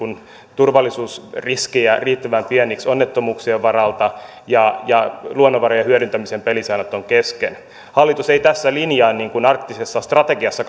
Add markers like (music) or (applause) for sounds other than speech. turvallisuusriskejä riittävän pieniksi onnettomuuksien varalta ja ja luonnonvarojen hyödyntämisen pelisäännöt ovat kesken hallitus ei tässä linjaa niin kuin arktisessa strategiassa (unintelligible)